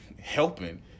helping